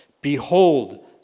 behold